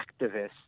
activists